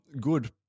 good